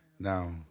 Now